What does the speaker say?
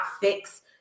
fix